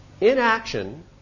inaction